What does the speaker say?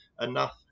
enough